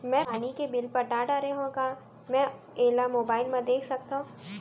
मैं पानी के बिल पटा डारे हव का मैं एला मोबाइल म देख सकथव?